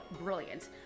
brilliant